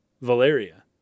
Valeria